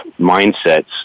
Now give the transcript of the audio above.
mindsets